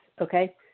Okay